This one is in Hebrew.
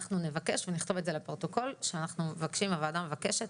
אנחנו נבקש ונכתוב לפרוטוקול שהוועדה מבקשת,